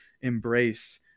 embrace